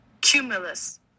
Cumulus